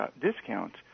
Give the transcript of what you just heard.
discounts